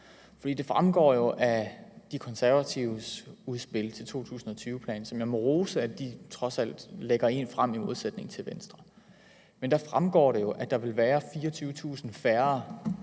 sektor. Det fremgår jo af De Konservatives udspil til en 2020-plan – jeg må rose, at de trods alt lægger en frem i modsætning til Venstre – at der vil være 24.000 færre